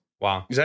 Wow